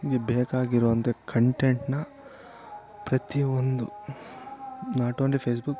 ಗೆ ಬೇಕಾಗಿರುವಂಥ ಕಂಟೆಂಟನ್ನ ಪ್ರತಿ ಒಂದು ನಾಟ್ ಒನ್ಲಿ ಫೇಸ್ಬುಕ್